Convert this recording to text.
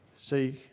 See